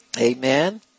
Amen